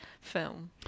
film